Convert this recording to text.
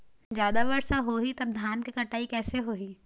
जादा वर्षा होही तब धान के कटाई कैसे होही?